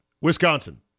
Wisconsin